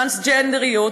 טרנסג'נדריות.